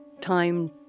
time